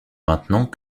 maintenant